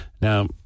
Now